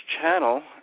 channel